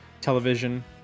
television